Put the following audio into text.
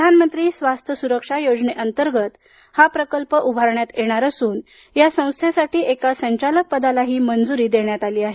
प्रधानमंत्री स्वास्थ सुरक्षा योजनेअंतर्गत हा प्रकल्प उभारण्यात येणार असून या संस्थेसाठी एका संचालक पदालाही मंजुरी देण्यात आली आहे